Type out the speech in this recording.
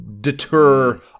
deter